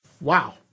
Wow